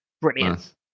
brilliant